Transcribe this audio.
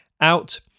out